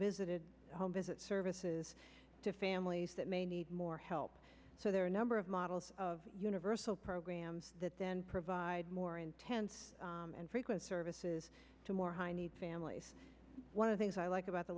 visited home visits services to families that may need more help so there are a number of models of universal programs that then provide more intense and frequent services to more high needs families one of things i like about the